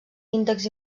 índex